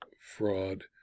fraud